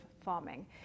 farming